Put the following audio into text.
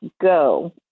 go